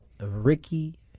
Ricky